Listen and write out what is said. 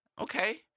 Okay